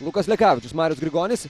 lukas lekavičius marius grigonis